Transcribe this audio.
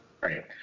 Right